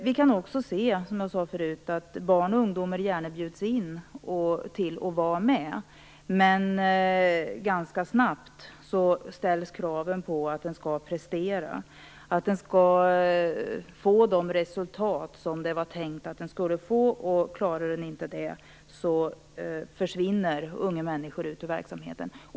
Vi kan också se, som jag sade förut, att barn och ungdomar gärna bjuds in att vara med, men det ställs ganska snabbt krav på att de skall prestera, att de skall nå de resultat som det var tänkt att de skulle nå. Om de inte klarar det försvinner dessa unga människor ut ur verksamheten.